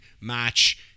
match